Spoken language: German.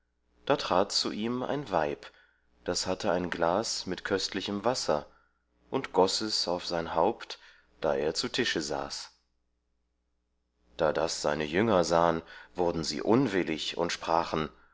da trat zu ihm ein weib das hatte ein glas mit köstlichem wasser und goß es auf sein haupt da er zu tische saß da das seine jünger sahen wurden sie unwillig und sprachen